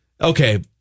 okay